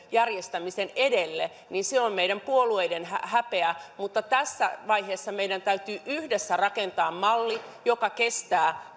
järjestämisen edelle on meidän puolueiden häpeä mutta tässä vaiheessa meidän täytyy yhdessä rakentaa malli joka kestää